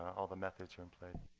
all the methods are in play.